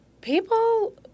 People